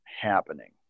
happening